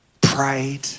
pride